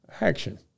action